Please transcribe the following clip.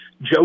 Joe